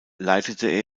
leitete